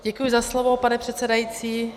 Děkuji za slovo, pane předsedající.